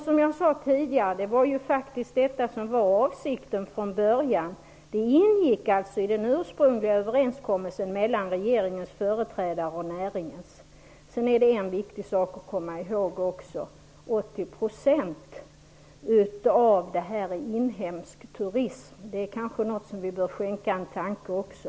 Som jag sade tidigare var detta avsikten från början. Det ingick i den ursprungliga överenskommelsen mellan regeringens och näringens företrädare. En sak är viktig att komma ihåg. 80 % av turismen är inhemsk turism. Det kanske är något som vi bör skänka en tanke också.